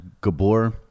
gabor